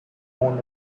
worn